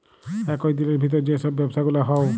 একই দিলের ভিতর যেই সব ব্যবসা গুলা হউ